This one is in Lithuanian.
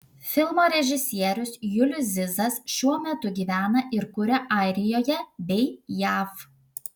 filmo režisierius julius zizas šiuo metu gyvena ir kuria airijoje bei jav